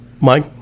Mike